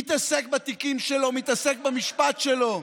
ומתעסק בתיקים שלו, מתעסק במשפט שלו,